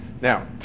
Now